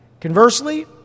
Conversely